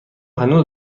هنوز